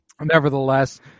nevertheless